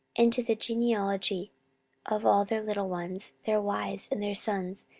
and to the genealogy of all their little ones, their wives, and their sons,